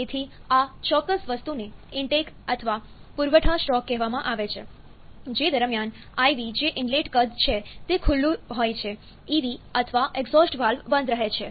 તેથી આ ચોક્કસ વસ્તુને ઇન્ટેક અથવા પુરવઠા સ્ટ્રોક કહેવામાં આવે છે જે દરમિયાન IV જે ઇનલેટ કદ છે તે ખુલ્લું હોય છે EV અથવા એક્ઝોસ્ટ વાલ્વ બંધ રહે છે